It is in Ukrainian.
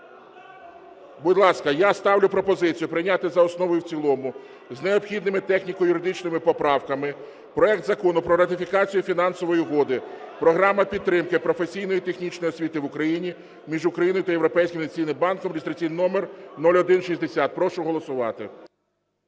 Будь ласка, я ставлю пропозицію прийняти за основу і в цілому з необхідними техніко-юридичними поправками проект Закону про ратифікацію Фінансової угоди "Програма підтримки професійно-технічної освіти в Україні" між Україною та Європейським інвестиційним банком (реєстраційний номер 0160). Прошу голосувати.